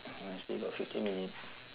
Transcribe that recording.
still got fifteen minute